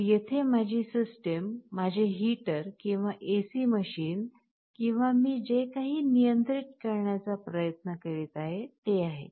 तर येथे माझी सिस्टम माझे हीटर किंवा AC मशीन किंवा मी जे काही नियंत्रित करण्याचा प्रयत्न करीत आहे ते आहे